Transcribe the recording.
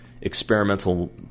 experimental